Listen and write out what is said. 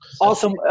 Awesome